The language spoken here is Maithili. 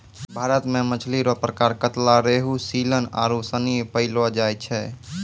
भारत मे मछली रो प्रकार कतला, रेहू, सीलन आरु सनी पैयलो जाय छै